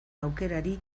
aukerari